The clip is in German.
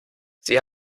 sie